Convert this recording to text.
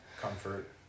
comfort